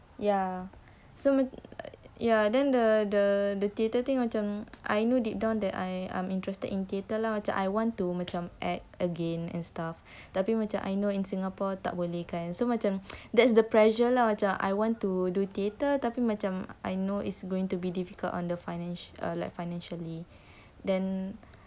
ya so ya then the the the theatre thing macam I know deep down that I am interested in theatre lah to I want to macam act again and stuff tapi macam I know in singapore tak boleh kan so much that's the pressure lah ya I want to do theatre tapi macam I know it's going to be difficult on the finance like financially then